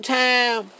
time